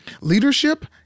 Leadership